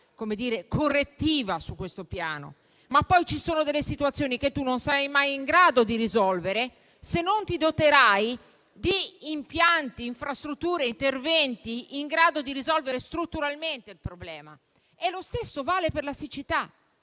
strategia correttiva su questo piano, ma poi ci sono delle situazioni che non saremo mai in grado di risolvere se non ci doteremo di impianti, infrastrutture ed interventi in grado di risolvere strutturalmente il problema. Lo stesso vale per la siccità.